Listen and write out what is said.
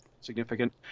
significant